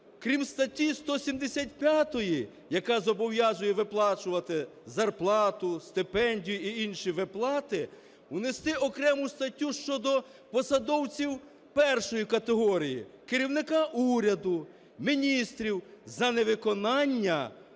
крім статті 175, яка зобов'язує виплачувати зарплату, стипендію і інші виплати, внести окрему статтю щодо посадовців першої категорії: керівника уряду, міністрів - за невиконання